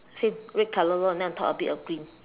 same red colour one then on top a bit of green